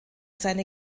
seine